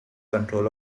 control